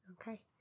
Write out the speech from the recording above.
Okay